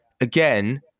again